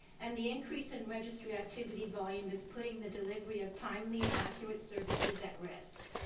and the increase in registry activity volume is putting the delivery of timely and accurate services at risk.